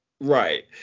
Right